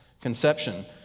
conception